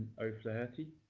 o'flaherty